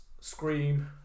Scream